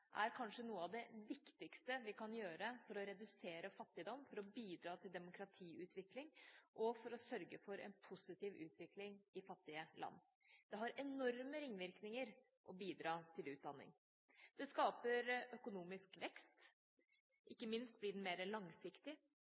er kanskje noe av det viktigste vi kan gjøre for å redusere fattigdom, for å bidra til demokratiutvikling og for å sørge for en positiv utvikling i fattige land. Det har enorme ringvirkninger å bidra til utdanning. Det skaper økonomisk vekst – ikke minst blir den mer langsiktig